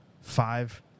five